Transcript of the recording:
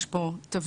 יש פה טבלה